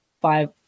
five